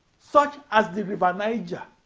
such as the river niger,